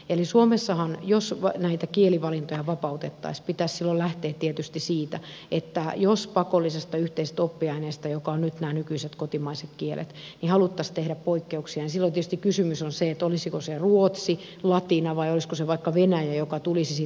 eli suomessahan jos näitä kielivalintoja vapautettaisiin pitäisi silloin lähteä tietysti siitä että jos pakollisesta yhteisestä oppiaineesta jotka ovat nyt nämä nykyiset kotimaiset kielet haluttaisiin tehdä poikkeuksia niin silloin tietysti kysymys on se olisiko se ruotsi latina vai olisiko se vaikka venäjä joka tulisi sitten tähän keinovalikoimaan